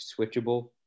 switchable